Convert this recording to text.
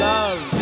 Love